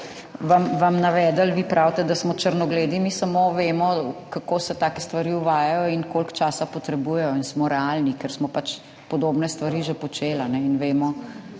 to navedli. Vi pravite, da smo črnogledi, mi samo vemo, kako se take stvari uvajajo in koliko časa potrebujejo in smo realni, ker smo pač podobne stvari že počeli in vemo,